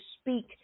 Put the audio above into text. speak